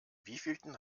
wievielten